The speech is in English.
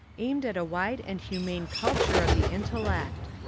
aimed at a wide and humane culture of the intellect.